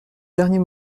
dernier